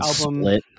album